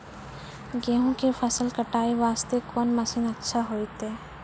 गेहूँ के फसल कटाई वास्ते कोंन मसीन अच्छा होइतै?